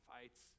fights